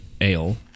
ale